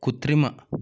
కృత్రిమ